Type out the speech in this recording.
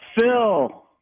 Phil